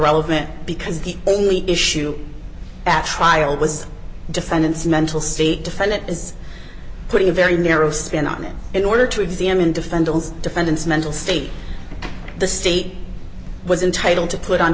elevant because the only issue at trial was defendant's mental state defendant is putting a very narrow spin on it in order to examine defendants defendants mental state the state was entitle to put on